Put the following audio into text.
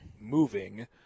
moving